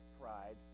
pride